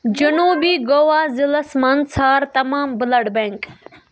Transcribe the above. جٔنوٗبی گَوا ضلعس مَنٛز ژھانڈ تمام بلڈ بٮ۪نک